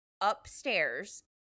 upstairs